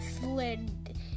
slid